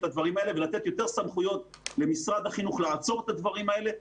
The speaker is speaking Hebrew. הדברים האלה ולתת יותר סמכויות למשרד החינוך לעצור את הדברים האלה,